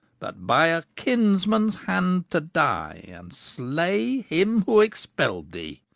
but by a kinsman's hand to die and slay him who expelled thee.